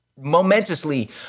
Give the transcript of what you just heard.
momentously